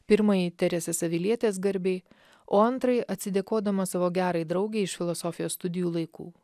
pirmąjį teresės avilietės garbei o antrąjį atsidėkodamas savo gerai draugei iš filosofijos studijų laikų